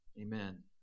Amen